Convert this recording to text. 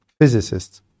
Physicists